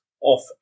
off